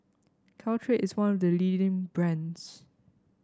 Caltrate is one of the leading brands